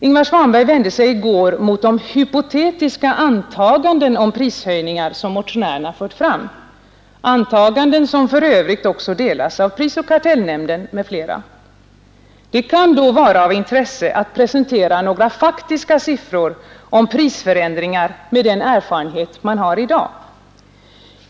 Ingvar Svanberg vände sig i går mot de hypotetiska antaganden om prishöjningar som motionärerna fört fram, antaganden som för övrigt också gjorts av prisoch kartellnämnden m.fl. Det kan då vara av intresse att med den erfarenhet man har i dag presentera några faktiska siffror om prisförändringar.